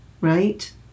right